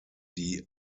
die